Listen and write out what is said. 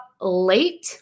late